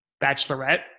bachelorette